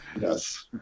Yes